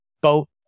boat